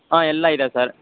ಹಾಂ ಎಲ್ಲ ಇದೆ ಸರ್